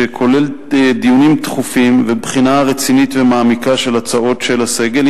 שכולל דיונים תכופים ובחינה רצינית ומעמיקה של הצעות של הסגל,